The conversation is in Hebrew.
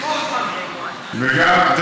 אנחנו לא הוזמנו.